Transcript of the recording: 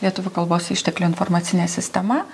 lietuvių kalbos išteklių informacinė sistema